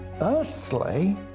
earthly